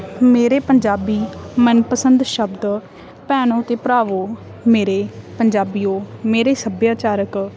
ਮੇਰੇ ਪੰਜਾਬੀ ਮਨ ਪਸੰਦ ਸ਼ਬਦ ਭੈਣੋ ਅਤੇ ਭਰਾਵੋ ਮੇਰੇ ਪੰਜਾਬੀਓ ਮੇਰੇ ਸੱਭਿਆਚਾਰਕ